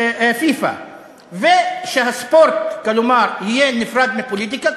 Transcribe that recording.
פיפ"א ושהספורט יהיה נפרד מפוליטיקה,